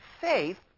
faith